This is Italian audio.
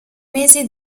mesi